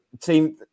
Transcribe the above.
team